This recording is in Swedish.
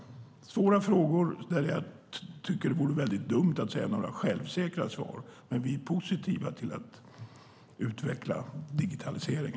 Det är svåra frågor där det är dumt att ge några självsäkra svar, men vi är positiva till att utveckla digitaliseringen.